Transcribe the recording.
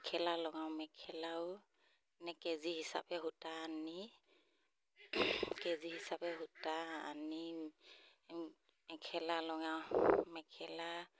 মেখেলা লগাওঁ মেখেলাও নে কেজি হিচাপে সূতা আনি কেজি হিচাপে সূতা আনি মেখেলা লগাওঁ মেখেলা